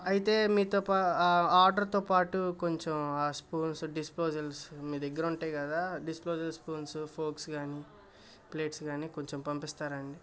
అయితే మీతో ఆర్డర్తో పాటు కొంచెం ఆ స్పూన్స్ డిస్పోజల్స్ మీ దగ్గర ఉంటాయి కదా డిస్పోజల్స్ స్పూన్సు ఫోక్స్ కాని ప్లేట్స్ కాని కొంచెం పంపిస్తారండి